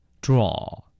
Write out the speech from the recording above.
Draw